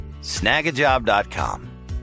Snagajob.com